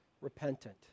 repentant